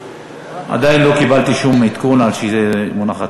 עדיין לא קיבלתי שום עדכון על שזה מונח.